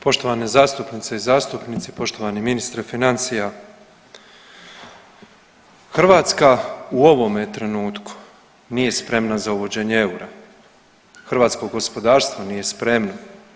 Poštovane zastupnice i zastupnici, poštovani ministre financija, Hrvatska u ovome trenutku nije spremna za uvođenje eura, hrvatsko gospodarstvo nije spremno.